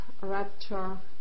rapture